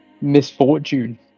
misfortune